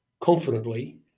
confidently